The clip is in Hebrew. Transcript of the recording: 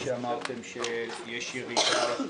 מאפס לאחד זה עלייה אין-סופית.